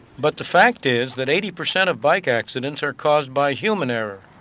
but the fact is that eighty percent of bike accidents are caused by human error.